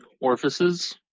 orifices